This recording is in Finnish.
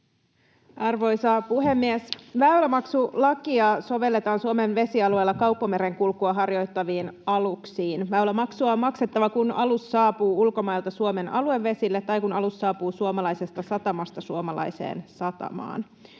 Arvoisa puhemies! Väylämaksulakia sovelletaan Suomen vesialueella kauppamerenkulkua harjoittaviin aluksiin. Väylämaksua on maksettava, kun alus saapuu ulkomailta Suomen aluevesille tai kun alus saapuu suomalaisesta satamasta suomalaiseen satamaan.